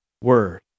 word